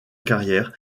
carrière